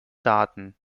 daten